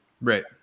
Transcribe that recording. Right